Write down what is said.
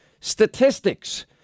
statistics